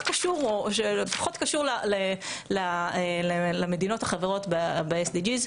קשור או שפחות קשור למדינות החברות ב-SDG.